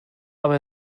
aber